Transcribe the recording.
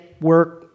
work